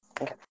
Okay